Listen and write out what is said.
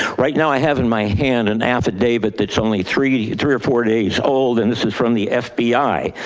right now i have in my hand an affidavit that's only three three or four days old. and this from the fbi,